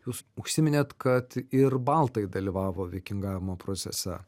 jūs užsiminėt kad ir baltai dalyvavo vikingavimo procese